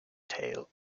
tale